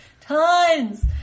tons